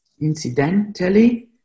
incidentally